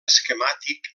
esquemàtic